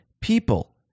people